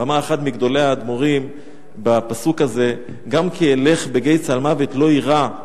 ואמר אחד מגדולי האדמו"רים בפסוק הזה: גם כי אלך בגיא צלמוות לא אירא,